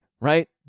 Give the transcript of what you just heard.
right